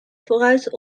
vooruit